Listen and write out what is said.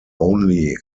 only